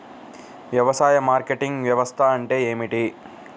వ్యవసాయ మార్కెటింగ్ వ్యవస్థ అంటే ఏమిటి?